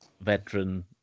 veteran